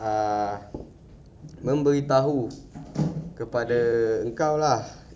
uh memberitahu kepada engkau lah